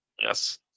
Yes